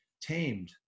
tamed